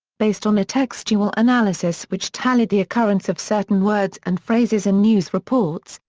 based on a textual analysis which tallied the occurrence of certain words and phrases in news reports,